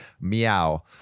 meow